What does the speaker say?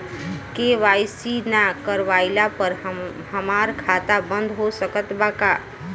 KYC ना करवाइला पर हमार खाता बंद हो सकत बा का?